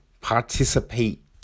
participate